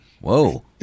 Whoa